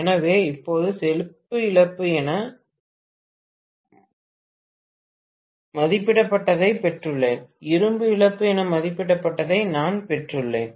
எனவே இப்போது செப்பு இழப்பு என மதிப்பிடப்பட்டதைப் பெற்றுள்ளேன் இரும்பு இழப்பு என மதிப்பிடப்பட்டதை நான் பெற்றுள்ளேன்